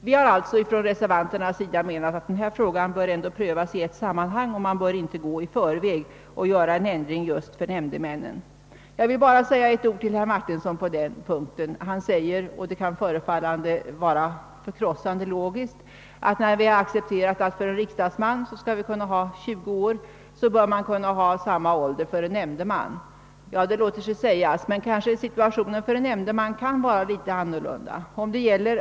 Vi reservanter har därför menat att denna fråga bör prövas i ett sammanhang och att man inte bör gå i förväg med en ändring just för nämndemännen. Jag vill säga bara ett par ord till herr Martinsson på den punkten. Han framhåller — och det kan förefalla förkrossande logiskt — att vi har accepterat att man kan välja en riksdagsman som bara är 20 år och då bör vi också kunna ha samma åldersgräns för nämndemän. Det låter säga sig, men situationen för en nämndeman kan vara en helt annan än för en riksdagsman.